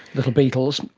little beetles.